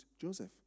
Joseph